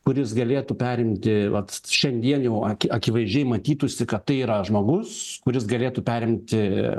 kuris galėtų perimti vat šiandien jau akivaizdžiai matytųsi kad tai yra žmogus kuris galėtų perimti